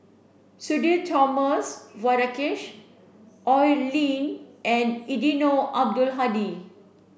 Sudhir Thomas Vadaketh Oi Lin and Eddino Abdul Hadi